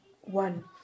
one